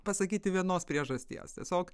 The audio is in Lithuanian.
pasakyti vienos priežasties tiesiog